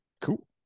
cool